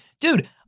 dude